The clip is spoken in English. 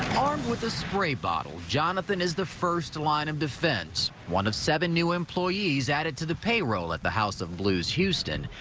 armed with a spray bottle, jonathan is the first line of defense. one of seven new employees added to the payroll at the house of blues houston.